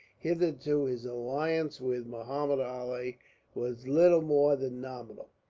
hitherto, his alliance with muhammud ali was little more than nominal,